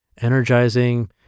energizing